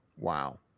Wow